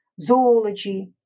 zoology